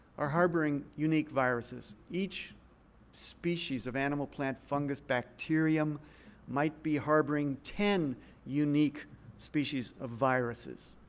are harboring unique viruses. each species of animal, plant, fungus, bacterium might be harboring ten unique species of viruses.